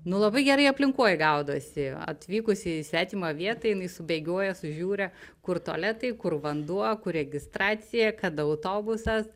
nu labai gerai aplinkoj gaudosi atvykus į svetimą vietą jinai subėgioja sužiūri kur tualetai kur vanduo kur registracija kada autobusas